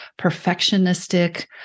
perfectionistic